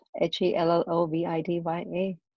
H-E-L-L-O-V-I-D-Y-A